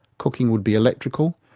cooking would be electrical,